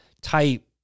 type